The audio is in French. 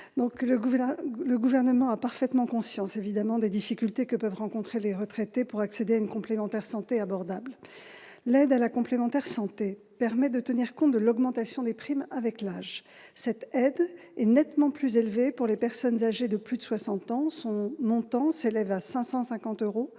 le gouvernement a parfaitement conscience évidemment des difficultés que peuvent rencontrer les retraités pour accéder à une complémentaire santé abordable, l'aide à la complémentaire santé permet de tenir compte de l'augmentation des primes avec l'âge, cette aide est nettement plus élevé pour les personnes âgées de plus de 60 ans, son montant s'élève à 550 euros